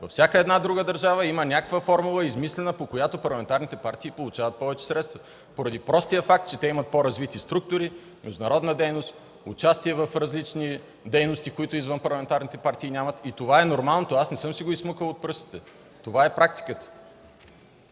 Във всяка една друга държава има някаква формула, по която парламентарните партии получават повече средства поради простия факт, че те имат по-развити структури, международна дейност, участие в различни дейности, които извънпарламентарните нямат. И това е нормалното, не съм си го изсмукал от пръстите! Това е практиката.